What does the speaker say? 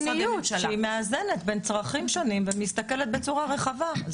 יש פה מדיניות שהיא מאזנת בין צרכים שונים והיא מסתכלת בצורה רחבה.